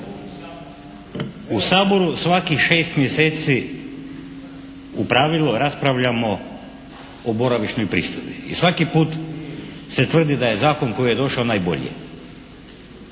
u Saboru svakih 6 mjeseci u pravilu raspravljamo o boravišnoj pristojbi i svaki put se tvrdi da je zakon koji je došao najbolji.